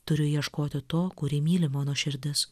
turiu ieškoti to kurį myli mano širdis